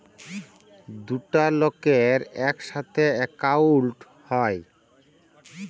দুটা লকের ইকসাথে একাউল্ট হ্যয়